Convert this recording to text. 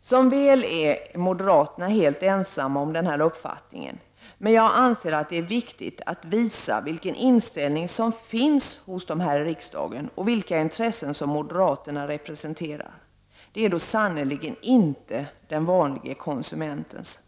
Som väl är är moderaterna helt ensamma om den uppfattningen. Jag anser att det är viktigt att visa vilken inställning som moderaterna har i riksdagen och vilka intressen som moderaterna representerar. Det är sannerligen inte den vanlige konsumentens.